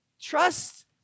trust